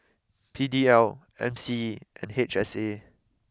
P D L M C E and H S A